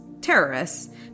terrorists